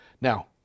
Now